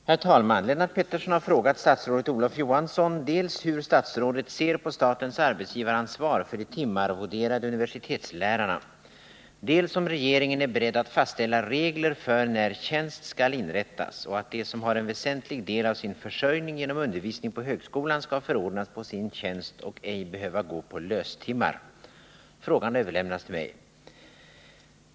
Herr talman! Lennart Pettersson har frågat statsrådet Olof Johansson dels hur statsrådet ser på statens arbetsgivaransvar för de timarvoderade universitetslärarna, dels om regeringen är beredd att fastställa regler för när tjänst skall inrättas och att de som har en väsentlig del av sin försörjning genom undervisning på högskolan skall förordnas på sin tjänst och ej behöva gå på löstimmar. Frågan har överlämnats till mig.